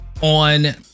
on